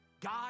God